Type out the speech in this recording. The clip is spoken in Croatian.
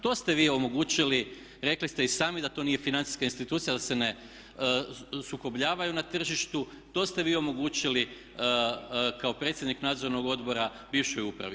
To ste vi omogućili, rekli ste i sami da to nije financijska institucija da se ne sukobljavaju na tržištu, to ste vi omogućili kao predsjednik nadzornog odbora bivšoj upravi.